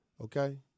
okay